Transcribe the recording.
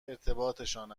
ارتباطشان